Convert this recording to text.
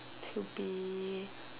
to be